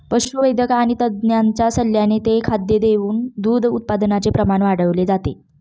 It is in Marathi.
पशुवैद्यक आणि तज्ञांच्या सल्ल्याने ते खाद्य देऊन दूध उत्पादनाचे प्रमाण वाढवले जाते